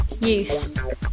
Youth